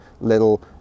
little